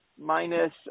Minus